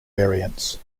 variants